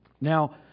Now